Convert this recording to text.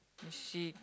you see